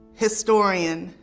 historian,